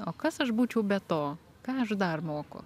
o kas aš būčiau be to ką aš dar moku